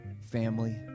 family